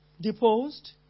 deposed